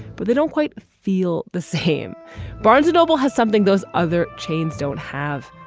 but they don't quite feel the same barnes noble has something those other chains don't have.